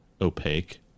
opaque